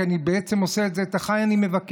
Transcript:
כי אני בעצם עושה את זה: את אחיי אני מבקש,